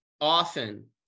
often